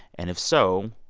and if so,